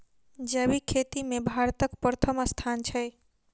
जैबिक खेती मे भारतक परथम स्थान छै